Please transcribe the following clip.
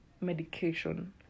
Medication